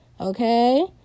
Okay